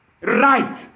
right